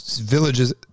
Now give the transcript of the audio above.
villages